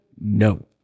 No